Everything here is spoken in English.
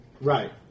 Right